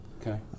Okay